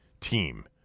team